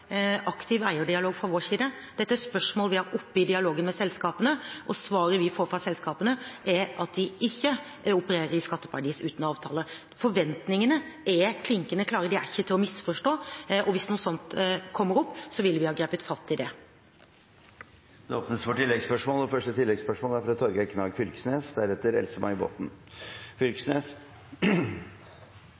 aktiv eierdialog fra vår side. Dette er spørsmål vi har oppe i dialogen med selskapene, og svaret vi får fra selskapene, er at de ikke opererer i skatteparadis uten avtale. Forventningene er klinkende klare, de er ikke til å misforstå, og hvis noe sånt hadde kommet opp, ville vi ha grepet fatt i det. Det åpnes for oppfølgingsspørsmål – først Torgeir Knag Fylkesnes. Det er